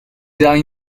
died